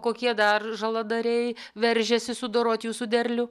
kokie dar žaladariai veržiasi sudorot jūsų derlių